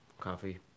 Coffee